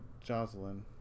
Jocelyn